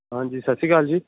ਹਾਂਜੀ ਸਤਿ ਸ਼੍ਰੀ ਅਕਾਲ ਜੀ